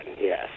yes